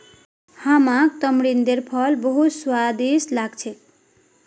हमाक तमरिंदेर फल बहुत स्वादिष्ट लाग छेक